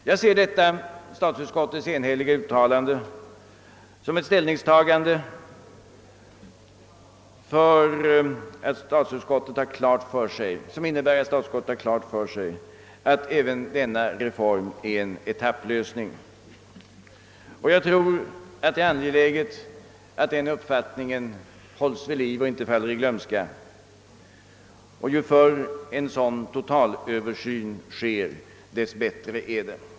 Jag ser detta statsutskottets enhälliga uttalande såsom ett bevis på att statsutskottet är på det klara med att även denna reform bara är en etapplösning. Jag tror det är angeläget att den uppfattningen hålls vid liv och inte faller i glömska. Ju förr en sådan totalöversyn görs, desto bättre är det.